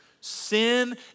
Sin